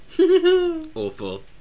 awful